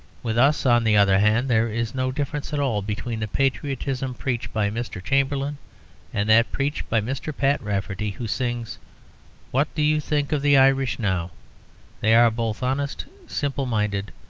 with us, on the other hand, there is no difference at all between the patriotism preached by mr. chamberlain and that preached by mr. pat rafferty, who sings what do you think of the irish now they are both honest, simple-minded,